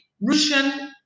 Russian